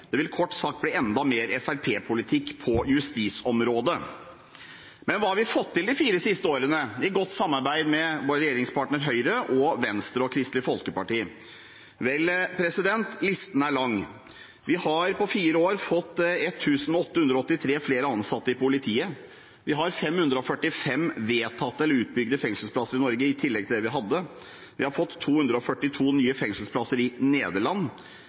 Det vil kort sagt bli enda mer FrP-politikk på justisområdet. Men hva har vi fått til de fire siste årene, i godt samarbeid med vår regjeringspartner Høyre og Venstre og Kristelig Folkeparti? Vel, listen er lang. Vi har på fire år fått 1 883 flere ansatte i politiet vedtatt eller utbygd 545 fengselsplasser i Norge, i tillegg til dem vi hadde fått 242 fengselsplasser i Nederland